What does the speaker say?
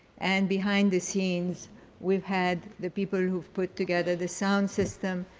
and behind the scenes we've had the people who've put together the sound system,